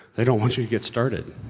they don't want you to get started.